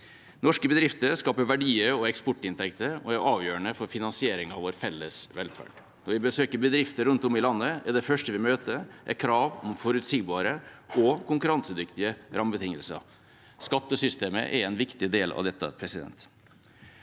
Norske bedrifter skaper verdier og eksportinntekter og er avgjørende for finansiering av vår felles velferd. Når vi besøker bedrifter rundt om i landet, er det første vi møter, krav om forutsigbare og konkurransedyktige rammebetingelser. Skattesystemet er en viktig del av dette.